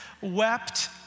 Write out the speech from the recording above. wept